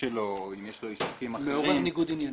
שלו או אם יש לו עיסוקים אחרים מעורר ניגוד עניינים,